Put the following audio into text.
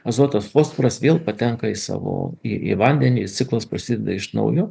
azotas fosforas vėl patenka į savo į vandenį ciklas prasideda iš naujo